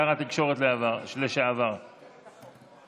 הצעת חוק התקשורת (בזק ושידורים) (תיקון מס' 74),